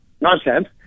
nonsense